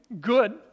good